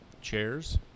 Chairs